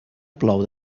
plou